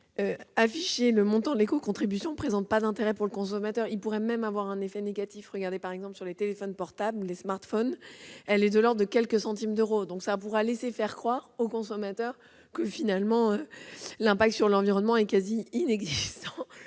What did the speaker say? d'afficher le montant de l'éco-contribution ne présente pas d'intérêt pour le consommateur. Cela pourrait même avoir un effet négatif. Regardez par exemple ce qui se passe pour les téléphones portables et les smartphones. La contribution est de l'ordre de quelques centimes d'euros, ce qui pourrait laisser croire aux consommateurs que l'impact sur l'environnement est quasi inexistant.